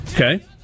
Okay